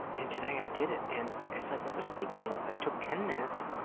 and today i did it, and it's like, what was the big deal? it took ten minutes,